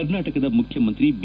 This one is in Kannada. ಕರ್ನಾ ಟಕದ ಮುಖ್ಯಮಂತ್ರಿ ಬಿ